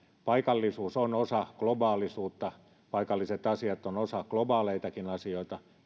paikallisuus on osa globaalisuutta paikalliset asiat ovat osa globaaleitakin asioita